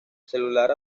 celular